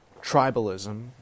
tribalism